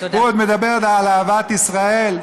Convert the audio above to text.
הוא עוד מדבר על אהבת ישראל?